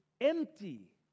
empty